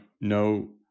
no